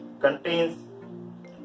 contains